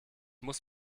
muss